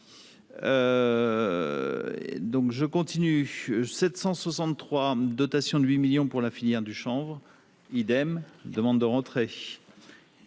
Donc je continue 763 dotation de 8 millions pour la filière du chanvre idem demande de rentrer